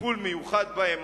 טיפול מיוחד בהם,